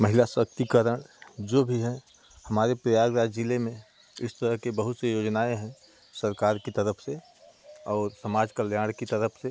महिला शक्तिकरण जो भी है हमारे प्रयागराज ज़िले में इस तरह की बहुत सी योजनाऍं हैं सरकार की तरफ़ से और समाज कल्याण की तरफ़ से